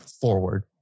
forward